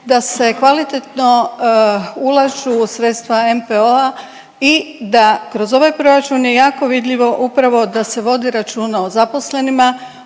da se kvalitetno ulažu sredstva NPO-a i da kroz ovaj proračun je jako vidljivo upravo da se vodi računa o zaposlenima,